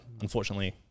Unfortunately